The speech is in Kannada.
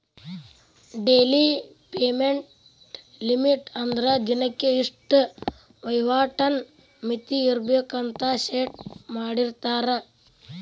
ಡೆಲಿ ಪೇಮೆಂಟ್ ಲಿಮಿಟ್ ಅಂದ್ರ ದಿನಕ್ಕೆ ಇಷ್ಟ ವಹಿವಾಟಿನ್ ಮಿತಿ ಇರ್ಬೆಕ್ ಅಂತ ಸೆಟ್ ಮಾಡಿರ್ತಾರ